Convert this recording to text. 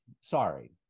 sorry